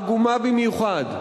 היא עגומה במיוחד,